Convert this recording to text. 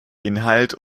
inhalt